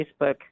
Facebook